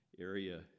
area